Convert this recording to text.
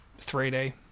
3D